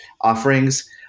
offerings